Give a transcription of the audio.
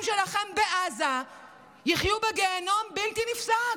שלכם בעזה יחיו בגיהינום בלתי נפסק.